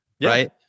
right